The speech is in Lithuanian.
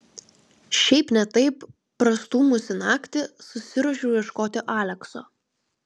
šiaip ne taip prastūmusi naktį susiruošiau ieškoti alekso